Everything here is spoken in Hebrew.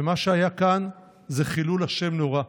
ומה שהיה כאן זה חילול השם נורא.